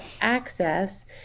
access